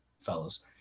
fellas